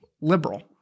liberal